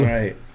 Right